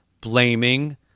blaming